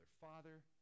Father